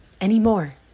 anymore